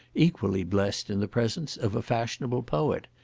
equally blest in the presence of a fashionable poet.